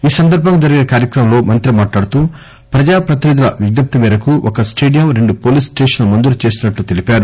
ఈ సందర్బంగా జరిగిన కార్యక్రమంలో మంత్రి మాట్లాడుతూ ప్రజాప్రతినిధుల విజ్జప్తి మేరకు ఒక స్టేడియం రెండు పోలీస్ స్టేషన్లు మంజురు చేస్తున్సట్లు తెలిపారు